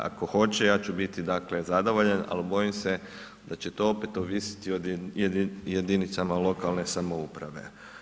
Ako hoće, ja ću biti dakle zadovoljan, ali bojim se da će to opet ovisiti o jedinica lokalne samouprave.